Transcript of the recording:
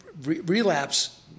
relapse